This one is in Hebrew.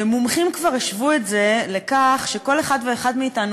מומחים כבר השוו את זה לכך שכל אחד ואחד מאתנו